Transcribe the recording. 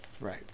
right